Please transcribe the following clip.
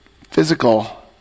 physical